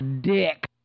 dick